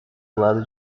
lado